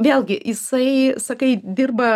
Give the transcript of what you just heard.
vėlgi jisai sakai dirba